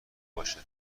باشه